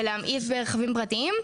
זה להמעיט ברכבים פרטיים.